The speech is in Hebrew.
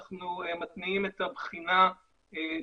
אנחנו לא ישנו ומשרד הבריאות לא ישן ואף